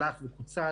משה,